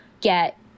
get